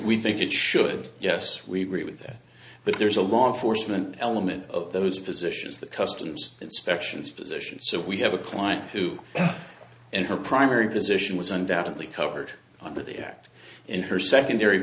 we think it should yes we agree with that but there's a law enforcement element of those positions the customs inspections positions so we have a client who in her primary position was undoubtedly covered under the act in her secondary